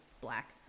black